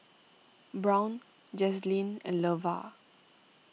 Brown Jazlene and Levar